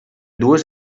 dues